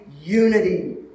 unity